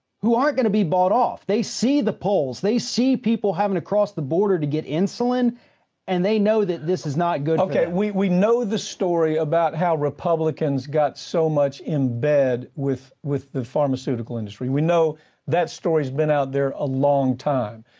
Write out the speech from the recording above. who aren't going to be bought off. they see the polls, they see people having to cross the border to get insulin and they know that this is not good for them. okay. we, we know the story about how republicans got so much in bed with, with the pharmaceutical industry. we know that story has been out there a long time.